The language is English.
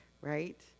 Right